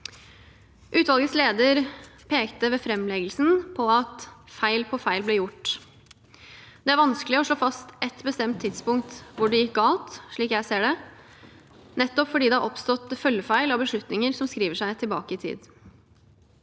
Utvalgets leder pekte ved framleggelsen på at feil på feil ble gjort. Det er vanskelig å slå fast ett bestemt tidspunkt hvor det gikk galt, slik jeg ser det, nettopp fordi det har oppstått følgefeil av beslutninger som skriver seg tilbake i tid.